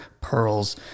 pearls